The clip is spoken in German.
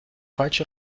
falsche